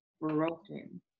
broken